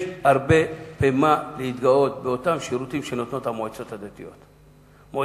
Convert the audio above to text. שיש הרבה מה להתגאות בשירותים שהמועצות הדתיות נותנות.